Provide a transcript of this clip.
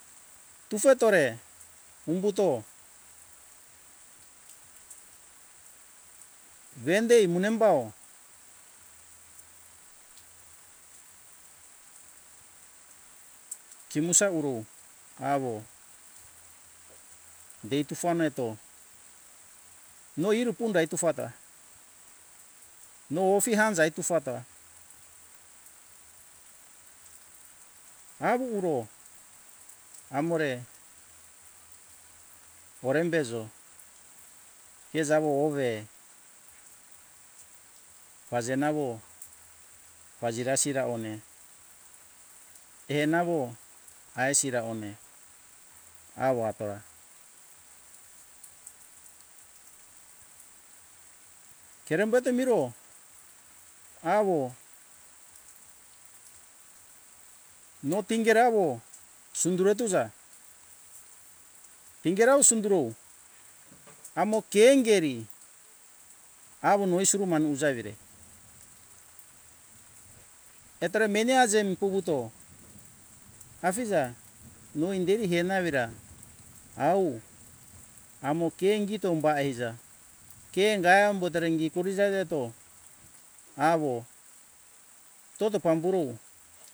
Tofa tore umbuto vendei munembau timo ta urou awo deitu fane to mo iru pundo itu fatao ofi avta itu fata awu uro amore orembejo ke jawo ove pazenawo pazira siraone ke nawo ai siraone awo atora kerembo ta miro awo mo tingere awo sundure tuza tingerau sindurow amo ke ingeri awo nou suru mane uja evire etore meni aja em puvuto afija no inderi gena evira au amo ke ingi to umba eiza ke gamo ta ingi furija veto awo tota pamburo